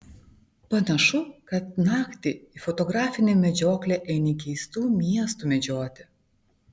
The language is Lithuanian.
panašu kad naktį į fotografinę medžioklę eini keistų miestų medžioti